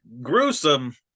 gruesome